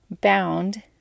bound